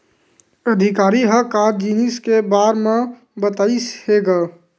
अधिकारी ह का जिनिस के बार म बतईस हे गा?